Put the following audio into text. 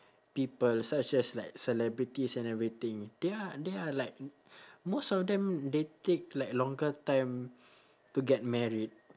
people such as like celebrities and everything they are they are like most of them they take like longer time to get married